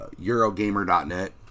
Eurogamer.net